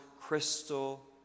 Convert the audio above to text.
crystal